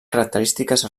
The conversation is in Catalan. característiques